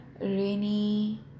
rainy